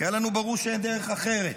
כי היה לנו ברור שאין דרך אחרת.